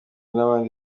n’abandi